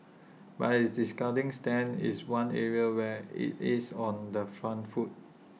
but its discounting stance is one area where IT is on the front foot